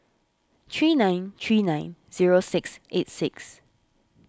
three nine three nine zero six eight six